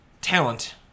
talent